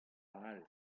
all